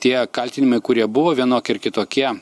tie kaltinimai kurie buvo vienokie ar kitokie